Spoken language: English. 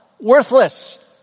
worthless